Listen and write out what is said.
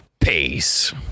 peace